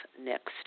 next